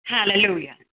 Hallelujah